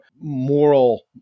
moral